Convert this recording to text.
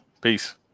Peace